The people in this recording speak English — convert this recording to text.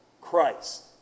Christ